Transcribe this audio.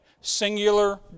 singular